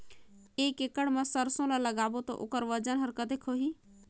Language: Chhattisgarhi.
एक एकड़ मा सरसो ला लगाबो ता ओकर वजन हर कते होही?